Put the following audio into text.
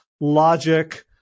logic